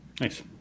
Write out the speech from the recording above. Nice